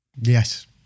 Yes